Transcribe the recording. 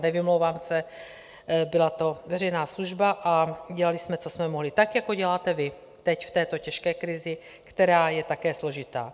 Nevymlouvám se, byla to veřejná služba a dělali jsme, co jsme mohli, tak jako děláte vy teď v této těžké krizi, která je také složitá.